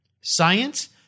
science